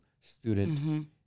student